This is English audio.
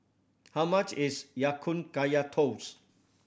how much is Ya Kun Kaya Toast